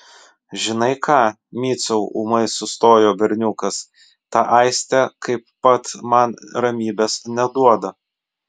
žinai ką miciau ūmai sustojo berniukas ta aistė kaip pat man ramybės neduoda